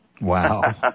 Wow